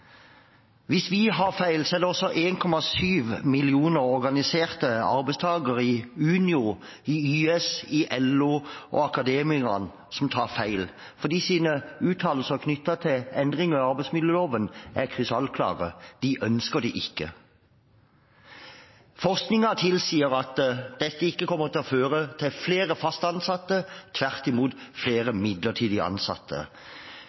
Hvis vi tar feil, er det også 1,7 millioner organiserte arbeidstakere i Unio, i YS, i LO og i Akademikerne som tar feil, for i sine uttalelser knyttet til endringer i arbeidsmiljøloven er de krystallklare: De ønsker dem ikke. Forskningen tilsier at dette ikke kommer til å føre til flere fast ansatte, tvert imot flere midlertidig ansatte.